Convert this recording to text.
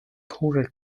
poorer